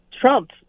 Trump